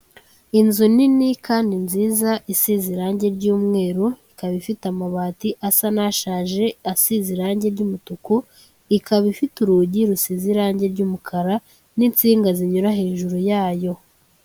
Inzu nini kandi nziza isize irangi ry'umweru, ikaba ifite amabati asa n'ashaje asize irangi ry'umutuku, ikaba ifite urugi rusize irangi ry'umukara n'insinga zinyura hejuru yayo.